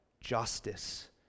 justice